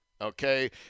okay